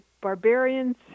barbarians